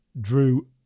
Drew